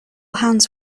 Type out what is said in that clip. hands